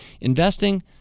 investing